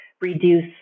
reduce